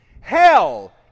Hell